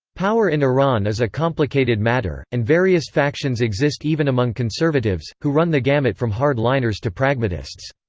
power in iran is a complicated matter, and various factions exist even among conservatives, who run the gamut from hard-liners to pragmatists.